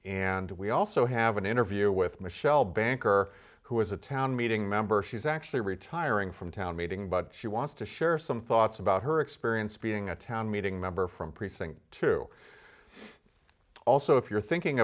and we also have an interview with michelle banker who is a town meeting member she's actually retiring from town meeting but she wants to share some thoughts about her experience being a town meeting member from precinct two also if you're thinking